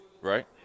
right